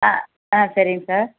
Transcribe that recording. ஆ ஆ சரிங்க சார்